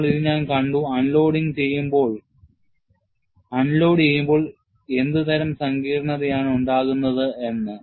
നമ്മൾ ഇതിനകം കണ്ടു അൺലോഡുചെയ്യുമ്പോൾ എന്തുതരം സങ്കീർണ്ണതയാണ് ഉണ്ടാകുന്നത് എന്ന്